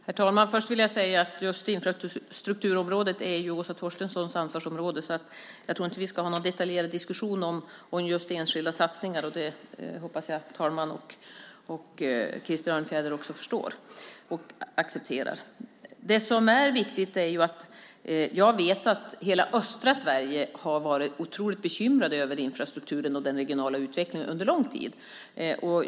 Herr talman! Först vill jag säga att just infrastrukturområdet är Åsa Torstenssons område, så jag tror inte att vi ska ha någon detaljerad diskussion om enskilda satsningar. Det hoppas jag att talmannen och också Krister Örnfjäder förstår och accepterar. Jag vet att man i hela östra Sverige har varit otroligt bekymrad över infrastrukturen och den regionala utvecklingen under lång tid.